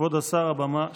כבוד השר, הבמה שלך,